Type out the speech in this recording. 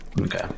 Okay